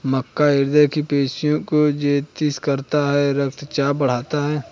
मक्का हृदय की पेशियों को उत्तेजित करता है रक्तचाप बढ़ाता है